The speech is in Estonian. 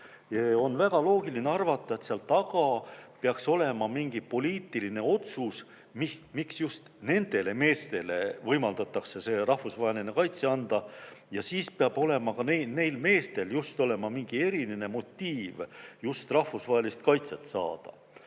On väga loogiline arvata, et seal taga peaks olema mingi poliitiline otsus, miks just nendele meestele võimaldatakse rahvusvaheline kaitse anda, ja neil meestel peab olema mingi eriline motiiv just rahvusvahelist kaitset saada.